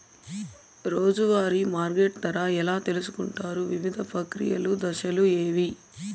రోజూ వారి మార్కెట్ ధర ఎలా తెలుసుకొంటారు వివిధ ప్రక్రియలు దశలు ఏవి?